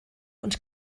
und